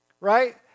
right